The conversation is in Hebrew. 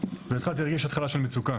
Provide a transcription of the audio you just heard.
והתחלתי להרגיש התחלה של מצוקה.